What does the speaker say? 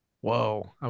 Whoa